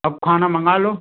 अब खाना मंगा लो